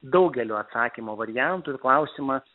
daugeliu atsakymo variantų ir klausimas